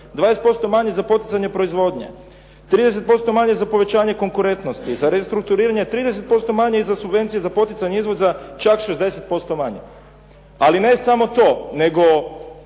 20% manje za poticanje proizvodnje, 30% za povećanje konkurentnosti, za restrukturiranje 30% manje i za subvencije za poticanje izvoza čak 60% manje. Ali ne samo to, nego